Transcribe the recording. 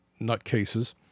nutcases